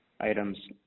items